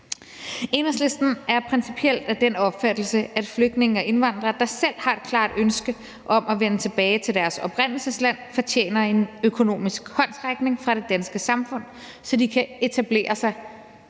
Enhedslisten er principielt af den opfattelse, at flygtninge og indvandrere, der selv har et klart ønske om at vende tilbage til deres oprindelsesland, fortjener en økonomisk håndsrækning fra det danske samfund, så de kan etablere sig